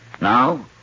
now